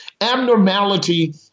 Abnormality